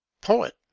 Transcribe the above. poet